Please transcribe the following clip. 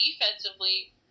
defensively